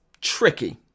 tricky